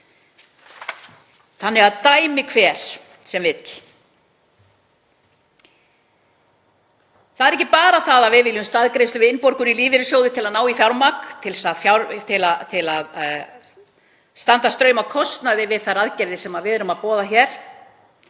þar um. Dæmi hver sem vill. Það er ekki bara það að við viljum staðgreiðslu við innborgun í lífeyrissjóði til að ná í fjármagn til að standa straum af kostnaði við þær aðgerðir sem við erum að boða hér